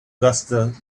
gustav